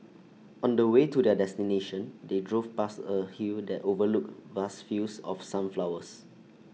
on the way to their destination they drove past A hill that overlooked vast fields of sunflowers